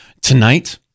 tonight